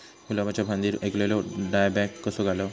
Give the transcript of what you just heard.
गुलाबाच्या फांदिर एलेलो डायबॅक कसो घालवं?